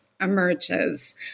emerges